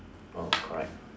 oh correct